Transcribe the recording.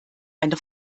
eine